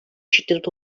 şiddet